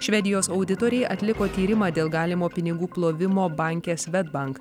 švedijos auditoriai atliko tyrimą dėl galimo pinigų plovimo banke swedbank